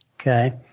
Okay